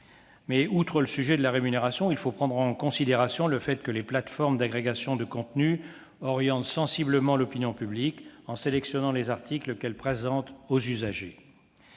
outre le sujet de la rémunération, le fait que les plateformes d'agrégation de contenus orientent sensiblement l'opinion publique, en sélectionnant les articles qu'elles présentent aux usagers.